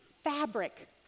Fabric